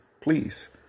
please